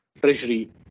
treasury